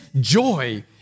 joy